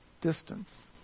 distance